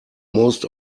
most